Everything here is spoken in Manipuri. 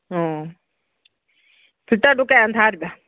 ꯑꯣ ꯐꯤꯜꯇꯔꯗꯨ ꯀꯌꯥꯅ ꯊꯥꯔꯤꯕ